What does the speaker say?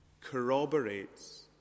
corroborates